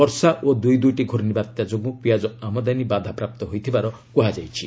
ବର୍ଷା ଓ ଦୁଇଦୁଇଟି ଘୂର୍ଣ୍ଣିବାତ୍ୟା ଯୋଗୁଁ ପିଆଜ ଆମଦାନୀ ବାଧାପ୍ରାପ୍ତ ହୋଇଥିବାର କୃହାଯାଇଛି